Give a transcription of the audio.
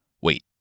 Wait